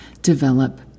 develop